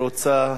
רוצה,